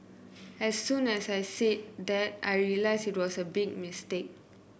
as soon as I said that I realised it was a big mistake